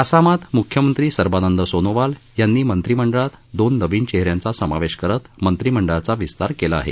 आसामात म्ख्यमंत्री सर्बानंद सोनोवाल यांनी मंत्रिमंडळात दोन नविन चेहऱ्यांचा समावेश करत मंत्रिमंडळाचा विस्तार केला आहे